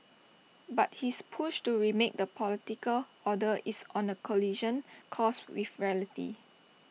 but his push to remake the political order is on A collision course with reality